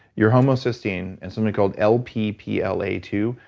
your homocysteine, and something called lp p l a two,